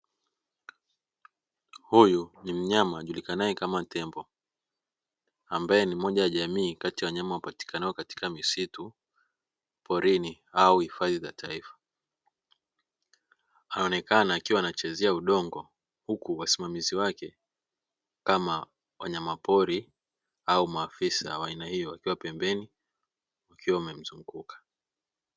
Huyu ni mnyama ajulikanaye kama tembo ambaye ni moja ya jamii kati ya wanyama wapatikanayo katika misitu, porini au hifadhi za taifa akionekana akiwa anachezea udongo huku wasimamizi wake kama wanyama pori au maafisa wa aina hiyo wakiwa pembeni wakiwa wamemzunguka.